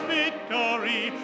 victory